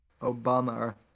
Obama